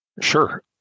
Sure